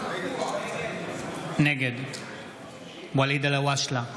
נגד ואליד אלהואשלה,